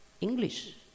English